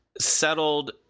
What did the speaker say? settled